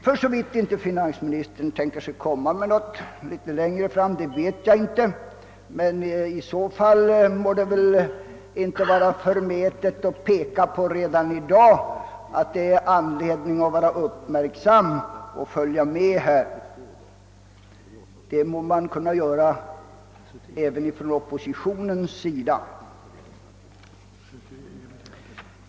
Jag vet inte om finansministern längre fram kommer med något förslag härvidlag, men i så fall må det väl inte vara förmätet att redan i dag peka på att det finns anledning vara uppmärksam och följa med. Det bör även oppositionen kunna göra.